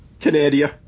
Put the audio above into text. Canadian